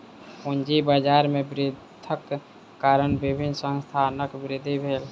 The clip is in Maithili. पूंजी बाजार में वृद्धिक कारण विभिन्न संस्थानक वृद्धि भेल